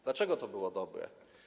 Dlaczego to było dobre?